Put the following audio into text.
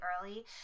early